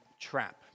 trap